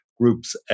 groups